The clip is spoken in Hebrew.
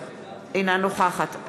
אינו נוכח תמר זנדברג,